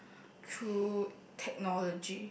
through technology